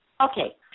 Okay